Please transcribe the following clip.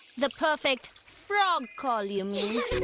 the perfect frog call, you mean.